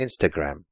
Instagram